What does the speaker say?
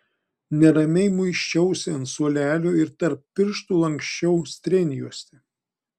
neramiai muisčiausi ant suolelio ir tarp pirštų lanksčiau strėnjuostę